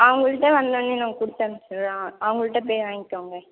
அவங்கள்ட்ட வந்தோன்னே நான் கொடுத்தனுப்ச்சுட்றேன் அவங்கள்ட்ட போய் வாங்கிக்கோங்க